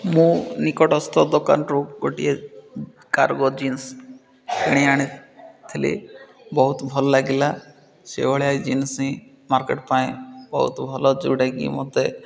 ମୁଁ ନିକଟସ୍ଥ ଦୋକାନରୁ ଗୋଟିଏ କାର୍ଗୋ ଜିନ୍ସ କିଣି ଆଣିଥିଲି ବହୁତ ଭଲ ଲାଗିଲା ସେଭଳିଆ ଏ ଜିନ୍ସ ହିଁ ମାର୍କେଟ୍ ପାଇଁ ବହୁତ ଭଲ ଯୋଉଟାକି ମୋତେ